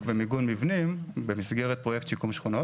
ומיגון מבנים במסגרת פרויקט שיקום שכונות